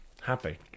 happy